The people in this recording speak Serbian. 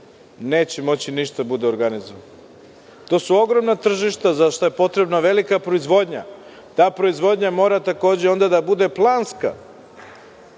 neće moći da bude organizovano. To su ogromna tržišta, za šta je potrebna velika proizvodnja. Ta proizvodnja takođe mora da bude planska.